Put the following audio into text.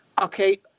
Okay